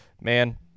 man